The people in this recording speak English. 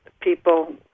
people